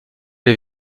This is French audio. des